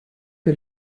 que